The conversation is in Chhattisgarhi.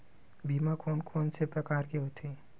बीमा कोन कोन से प्रकार के होथे?